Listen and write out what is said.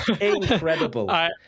Incredible